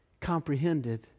comprehended